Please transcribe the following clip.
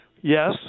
Yes